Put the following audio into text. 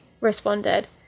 responded